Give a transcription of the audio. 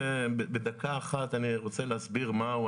בדקה אחת אני רוצה להסביר מה הוא.